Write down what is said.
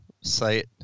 site